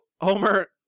homer